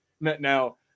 Now